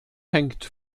hängt